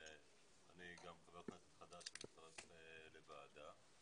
אני חבר כנסת חדש ומצטרף לוועדה.